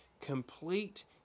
complete